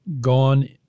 gone